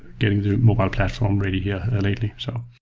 getting the mobile platform ready here lately. so